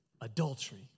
adultery